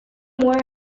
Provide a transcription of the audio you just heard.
more